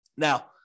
Now